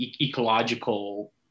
ecological